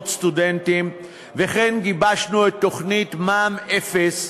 סטודנטים וכן גיבשנו את תוכנית מע"מ אפס,